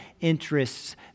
interests